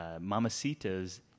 Mamacita's